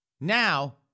Now